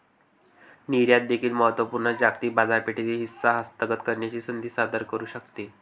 निर्यात देखील महत्त्व पूर्ण जागतिक बाजारपेठेतील हिस्सा हस्तगत करण्याची संधी सादर करू शकते